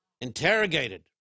interrogated